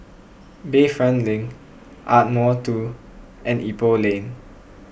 Bayfront Link Ardmore two and Ipoh Lane